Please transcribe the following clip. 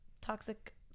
toxic